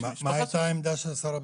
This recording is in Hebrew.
מה הייתה עמדת שר הביטחון?